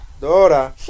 Dora